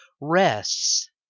rests